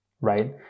right